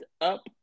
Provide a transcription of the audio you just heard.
up